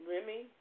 Remy